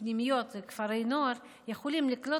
הפנימיות וכפרי הנוער יכולים לקלוט